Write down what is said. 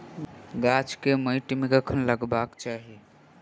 गाछ केँ माइट मे कखन लगबाक चाहि?